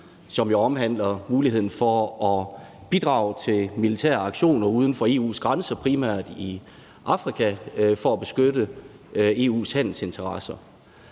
jo omhandler muligheden for at bidrage til militære aktioner uden for EU's grænser, primært i Afrika, for at beskytte EU's handelsinteresser.